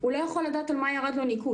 הוא לא יכול לדעת על מה ירד לו ניקוד.